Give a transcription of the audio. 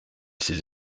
ses